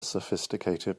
sophisticated